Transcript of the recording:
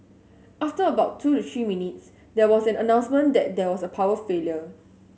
after about two to three minutes there was an announcement that there was a power failure